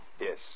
Yes